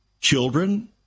children